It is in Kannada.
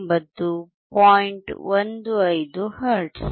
15 ಹರ್ಟ್ಜ್